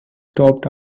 stopped